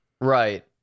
right